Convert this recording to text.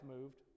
moved